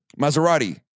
Maserati